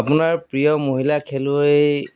আপোনাৰ প্ৰিয় মহিলা খেলুৱৈ